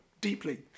deeply